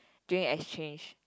during exchange